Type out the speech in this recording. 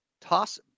toss